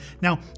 now